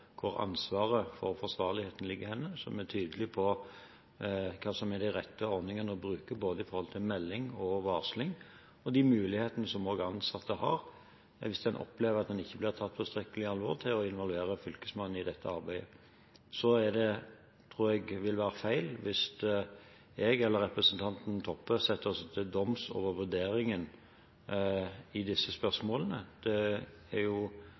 hvor ansvaret for forsvarligheten ligger hen, som er tydelig på hva som er de rette ordningene å bruke når det gjelder både melding og varsling, og når det gjelder de mulighetene som de ansatte har, hvis en opplever at en ikke blir tatt på tilstrekkelig alvor, til å involvere Fylkesmannen i dette arbeidet. Det ville være feil, tror jeg, hvis jeg eller representanten Toppe setter oss til doms over vurderingen i disse spørsmålene. Det kan jo